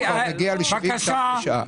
זה כבר מגיע ל-70 שקלים לשעה.